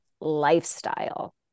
lifestyle